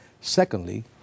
Secondly